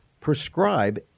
prescribe